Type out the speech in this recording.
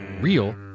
real